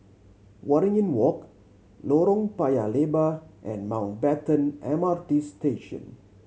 Waringin Walk Lorong Paya Lebar and Mountbatten M R T Station